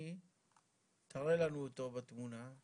מעבר להסתכלות על